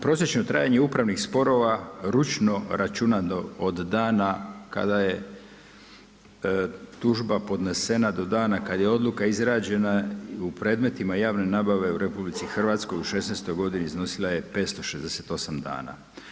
Prosječno trajanje upravnih sporova, ručno računato od dana kada je tužba podnošena do dana kada je odluka izrađena u predmetima i javne nabave u RH u '16. godini iznosila je 568 dana.